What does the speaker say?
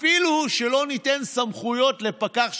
אפילו שלא ניתן סמכויות לפקח,